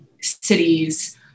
cities